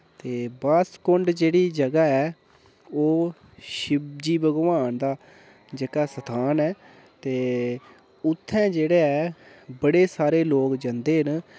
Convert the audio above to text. ते वासकुंड जेह्ड़ी जगहा ऐ ओह शिवजी भगवान दा जेह्का स्थान ऐ ते उत्थै जेह्ड़े बड़े सारे लोक जंदे न